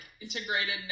integrated